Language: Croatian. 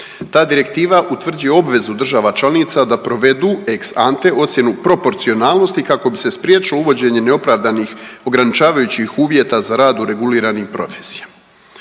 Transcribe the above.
Ta direktiva utvrđuje obvezu država članica da provedu ex ante ocjenu proporcionalnosti kako bi se spriječilo uvođenje neopravdanih ograničavajućih uvjeta za rad u reguliranim profesijama.